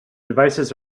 devices